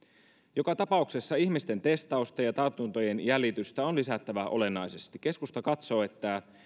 joka tapauksessa ihmisten testausta ja tartuntojen jäljitystä on lisättävä olennaisesti keskusta katsoo että